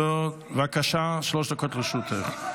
בבקשה, שלוש דקות לרשותך.